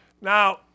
Now